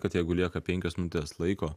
kad jeigu lieka penkios minutės laiko